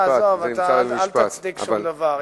אני לא יודע, עזוב, אל תצדיק שום דבר.